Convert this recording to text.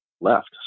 left